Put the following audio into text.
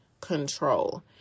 control